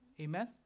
Amen